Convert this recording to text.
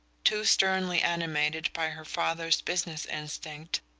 too sternly animated by her father's business instinct,